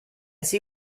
see